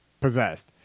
possessed